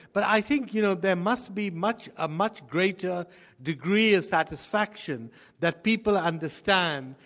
but i think you know there must be much a much greater degree of satisfaction that people understand,